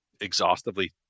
exhaustively